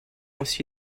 aussi